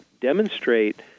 demonstrate